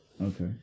okay